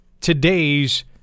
today's